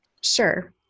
Sure